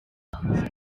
only